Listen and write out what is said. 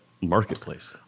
marketplace